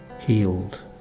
healed